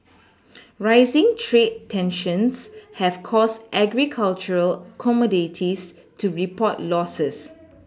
rising trade tensions have caused agricultural commodities to report Losses